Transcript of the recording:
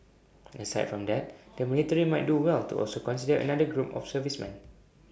aside from that the military might do well to also consider another group of servicemen